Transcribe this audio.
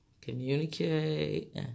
communicate